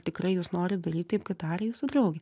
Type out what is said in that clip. tikrai jūs norit daryt taip kaip darė jūsų draugė